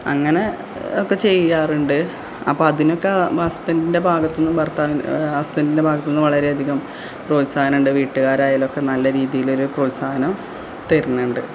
അങ്ങനെ ഒക്കെ ചെയ്യാറുണ്ട് അപ്പോള് അതിനൊക്കെ അസ്ബൻറ്റിൻ്റെ ഭാഗത്ത് നിന്ന് ഭർത്താവിൻ ഹസ്ബൻറ്റിൻ്റെ ഭാഗത്ത് നിന്ന് വളരെ അധികം പ്രോത്സാഹനമുണ്ട് വീട്ടുകാരായാലൊക്കെ നല്ല രീതിയില് ഒരു പ്രോത്സാഹനം തരുന്നുണ്ട്